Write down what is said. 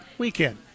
weekend